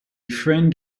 friend